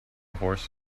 horse